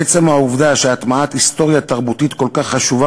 עצם העובדה שהטמעת היסטוריה תרבותית כל כך חשובה